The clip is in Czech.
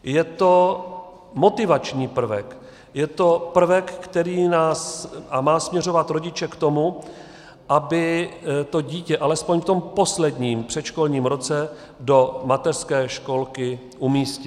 Je to motivační prvek, je to prvek, který má směřovat rodiče k tomu, aby to dítě alespoň v tom posledním předškolním roce do mateřské školky umístili.